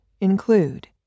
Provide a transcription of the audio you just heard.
include